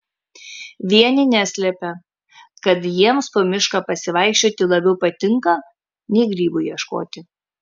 vieni neslepia kad jiems po mišką pasivaikščioti labiau patinka nei grybų ieškoti